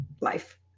life